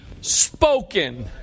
spoken